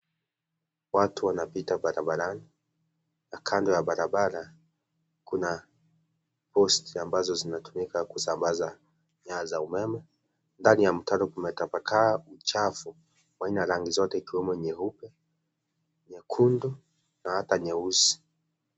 Watu wanapita barabarani, na kando ya barabara kuna post ambazo zinatumika kusambaza nyaya za umeme ndani ya mtaro kumetapakaa uchafu, wa aina rangi zote ikiwemo nyeupe, nyekundu na hata nyeusi.